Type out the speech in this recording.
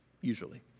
usually